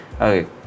Okay